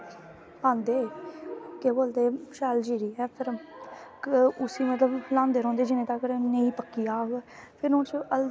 पांदे केह् बोलदे शैल चीरियै फिर उसी मतलब लांदे रौंदे जिने तक्कर नेईं पक्की आग फिर उ'दे च हल्दी